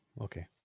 Okay